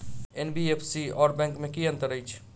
NBFC आओर bank मे की अंतर अछि?